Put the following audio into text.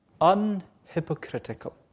Unhypocritical